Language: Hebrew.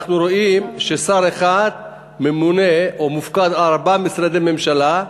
אנחנו רואים ששר אחד ממונה או מופקד על ארבעה משרדי ממשלה.